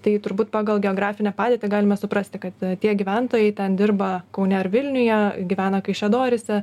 tai turbūt pagal geografinę padėtį galime suprasti kada tie gyventojai ten dirba kaune ar vilniuje gyvena kaišiadoryse